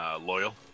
Loyal